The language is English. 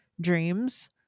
dreams